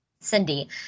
Cindy